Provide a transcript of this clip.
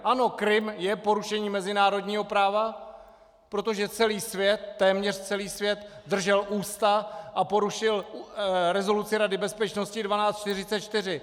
Ano, Krym je porušení mezinárodního práva, protože celý svět, téměř celý svět, držel ústa a porušil rezoluci Rady bezpečnosti 1244!